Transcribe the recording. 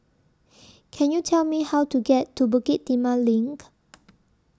Can YOU Tell Me How to get to Bukit Timah LINK